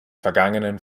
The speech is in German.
vergangenen